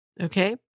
Okay